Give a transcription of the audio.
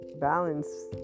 balance